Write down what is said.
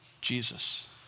Jesus